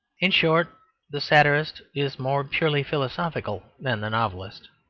in short the satirist is more purely philosophical than the novelist.